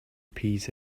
peace